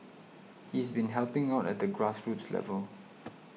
he's been helping out at the grassroots level